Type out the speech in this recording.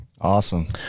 awesome